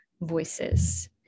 Voices